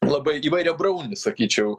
labai įvairiabraunis sakyčiau